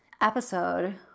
episode